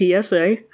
PSA